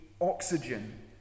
oxygen